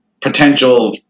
potential